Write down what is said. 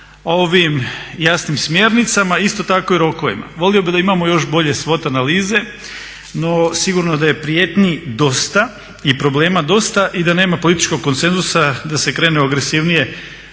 po ovim jasnim smjernicama, isto tako i rokovima. Volio bih da imamo još bolje … analize, no sigurno da je prijetnji dosta i problema dosta i da nema političkog konsenzusa da se krene u agresivnije